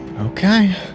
Okay